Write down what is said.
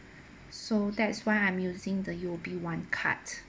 so that is why I'm using the U_O_B one card